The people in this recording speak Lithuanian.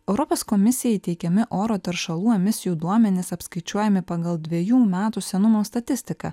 europos komisijai teikiami oro teršalų emisijų duomenys apskaičiuojami pagal dvejų metų senumo statistiką